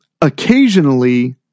Occasionally